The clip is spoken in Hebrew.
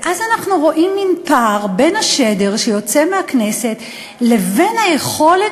ואז אנחנו רואים מין פער בין השדר שיוצא מהכנסת לבין היכולת